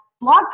Blog